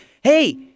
hey